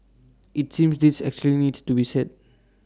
IT seems this actually needs to be said